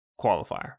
qualifier